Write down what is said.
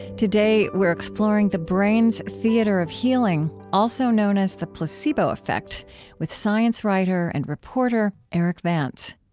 today we're exploring the brain's theater of healing also known as the placebo effect with science writer and reporter erik vance